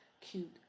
cute